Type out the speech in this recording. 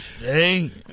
Hey